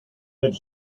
that